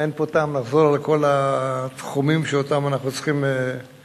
אין טעם לחזור פה על כל התחומים שאותם אנחנו צריכים לפתור,